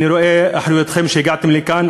אני רואה את אחריותכם בכך שהגעתם לכאן,